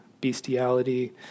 bestiality